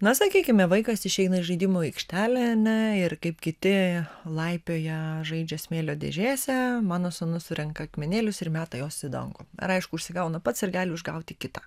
na sakykime vaikas išeina į žaidimų aikštelę ane ir kaip kiti laipioja žaidžia smėlio dėžėse mano sūnus surenka akmenėlius ir meta juos į dangų ar aišku užsigauna pats ir gali užgauti kitą